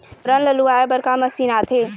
फोरन ला लुआय बर का मशीन आथे?